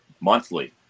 monthly